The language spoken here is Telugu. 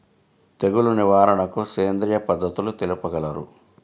తెగులు నివారణకు సేంద్రియ పద్ధతులు తెలుపగలరు?